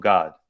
God